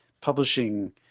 publishing